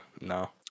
No